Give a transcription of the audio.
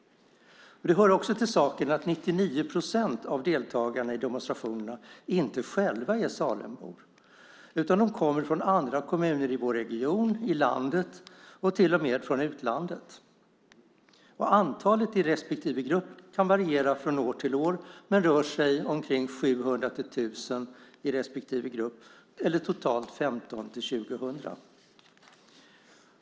Det hör också till saken att 99 procent av deltagarna i demonstrationerna inte själva är Salembor. De kommer från andra kommuner i vår region, från övriga landet och till och med från utlandet. Antalet i respektive grupp kan variera från år till år men det rör sig om 700-1 000 i respektive grupp eller totalt 1 500-2 000.